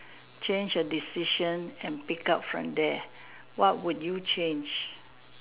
change a decision and pick up from there what would you change